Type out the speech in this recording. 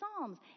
Psalms